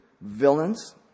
villains